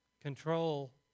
Control